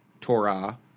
torah